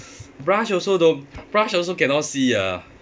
blush also don't blush also cannot see ah